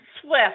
swift